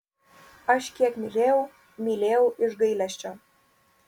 aš kiek mylėjau mylėjau iš gailesčio